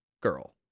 Girl